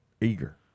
eager